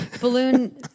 balloon